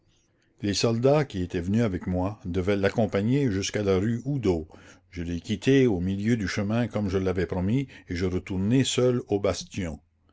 les soldats qui étaient venus avec moi devaient l'accompagner jusqu'à la rue oudot je les quittai au milieu du chemin comme je l'avais promis et je retournai seule au bastion